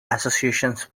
associated